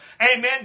Amen